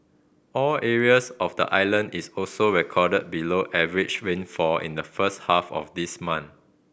all areas of the island is also recorded below average rainfall in the first half of this month